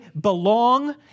belong